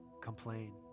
Complain